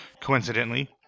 Coincidentally